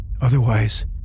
Otherwise